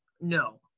No